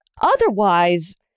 Otherwise